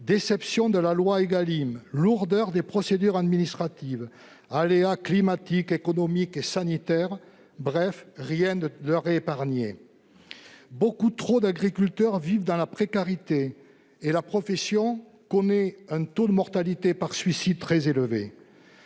à tous, dite Égalim, lourdeur des procédures administratives, aléas climatiques, économiques et sanitaires ... Rien ne leur est épargné. Beaucoup trop d'agriculteurs vivent dans la précarité. La profession connaît un taux de mortalité par suicide très élevé.